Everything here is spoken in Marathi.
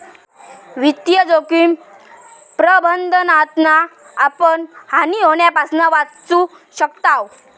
वित्तीय जोखिम प्रबंधनातना आपण हानी होण्यापासना वाचू शकताव